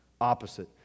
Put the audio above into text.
opposite